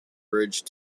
bridge